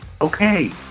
okay